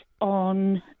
on